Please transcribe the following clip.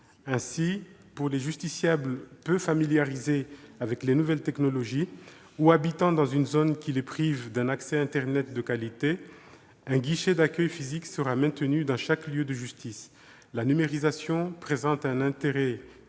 Ainsi, pour les justiciables peu familiarisés avec les nouvelles technologies ou habitant dans une zone qui les prive d'un accès internet de qualité, un guichet d'accueil physique sera maintenu dans chaque lieu de justice. La numérisation présente un intérêt tant